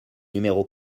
numéro